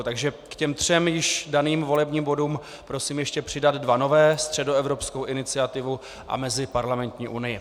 K těm třem již daným volebním bodům prosím ještě přidat dva nové, Středoevropskou iniciativu a Meziparlamentní unii.